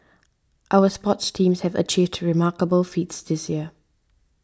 our sports teams have achieved to remarkable feats this year